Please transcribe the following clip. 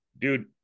dude